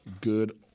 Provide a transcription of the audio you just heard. good